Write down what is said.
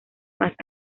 más